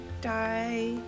die